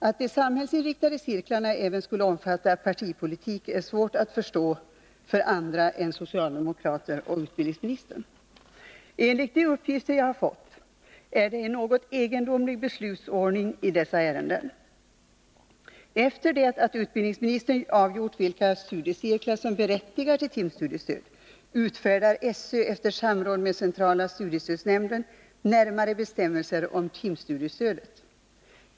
Att de samhällsinriktade cirklarna även skulle omfatta partipolitik är svårt att förstå för andra än socialdemokrater och utbildningsministern. Enligt de uppgifter jag fått är det en något egendomlig beslutsordning i dessa ärenden. Efter det att utbildningsministern avgjort vilka studiecirklar som berättigar till timstudiestöd utfärdar SÖ efter samråd med centrala studiestödsnämnden närmare bestämmelser om timstudiestödet.